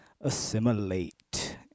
Assimilate